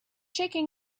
shaking